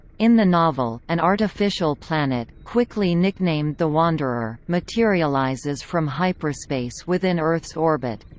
in the novel, an artificial planet, quickly nicknamed the wanderer, materializes from hyperspace within earth's orbit.